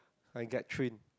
like get trained